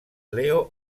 leo